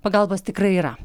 pagalbos tikrai yra